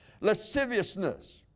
Lasciviousness